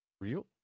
real